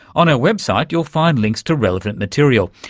on our website you'll find links to relevant material,